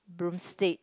broomstick